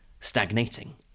stagnating